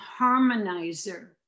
harmonizer